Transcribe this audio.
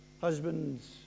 Husbands